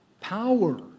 power